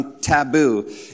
taboo